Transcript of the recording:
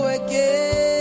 again